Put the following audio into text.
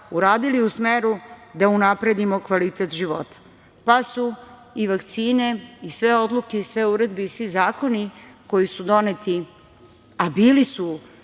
uradili u smeru da unapredimo kvalitet života, pa su i vakcine i sve odluke i sve uredbe i svi zakoni koji su doneti, a bili su